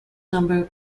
number